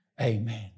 Amen